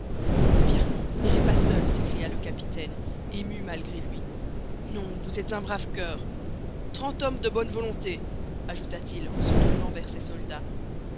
eh bien non vous n'irez pas seul s'écria le capitaine ému malgré lui non vous êtes un brave coeur trente hommes de bonne volonté ajouta-t-il en se tournant vers ses soldats